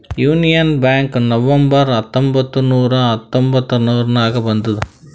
union Bank November ಹತ್ತೊಂಬತ್ತ್ ನೂರಾ ಹತೊಂಬತ್ತುರ್ನಾಗ್ ಬಂದುದ್